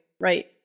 Right